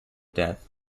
death